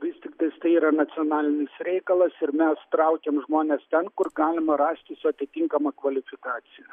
vis tiktais tai yra nacionalinis reikalas ir mes traukiam žmones ten kur galima rasti su atitinkama kvalifikacija